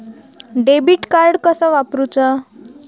Debit card कसा वापरुचा?